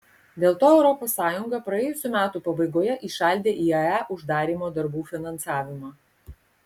dėl to europos sąjunga praėjusių metų pabaigoje įšaldė iae uždarymo darbų finansavimą